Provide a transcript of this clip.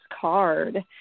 card